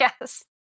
Yes